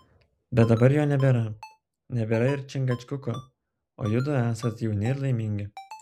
bet dabar jo nebėra nebėra ir čingačguko o judu esat jauni ir laimingi